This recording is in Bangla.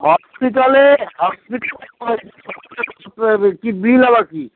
হসপিটালে কি বিল আবার কি